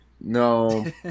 No